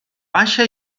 baixa